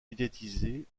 médiatisée